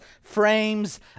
frames